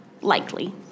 likely